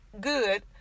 good